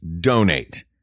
donate